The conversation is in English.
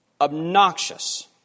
obnoxious